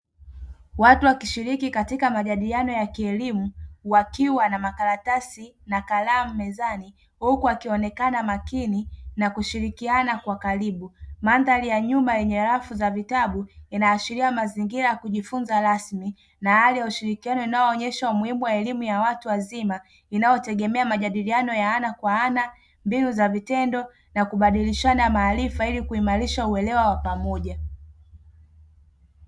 Watu wakishiliki katika majadiliano ya kielimu wakiwa na makaratasi na karamu mezani huku wakionekana makini na kushirikiana kwa karibu madhanzari ya nyumba yenye rafu za vitabu, inashiria mazingira ya kujifunza rasmi na hali ya ushirikiano inayoonyesha umuhimu wa elimu ya watu wazima, inayotegemea majadiliano ya ana kwa ana, mbinu za vitendo na kubadilishana maarifa ili kuimarisha uelewa wa pamoja.